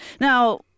Now